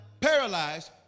paralyzed